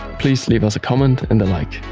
please leave us a comment and a like.